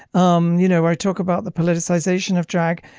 um you know i talk about the politicization of drag.